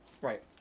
Right